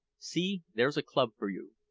see, there's a club for you.